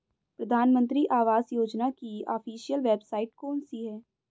प्रधानमंत्री आवास योजना की ऑफिशियल वेबसाइट कौन सी है?